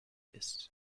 ist